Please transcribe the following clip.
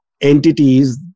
entities